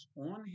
on